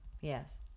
yes